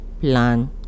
plan